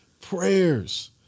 prayers